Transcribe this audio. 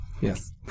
Yes